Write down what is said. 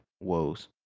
woes